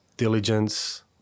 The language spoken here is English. diligence